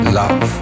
love